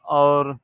اور